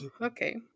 Okay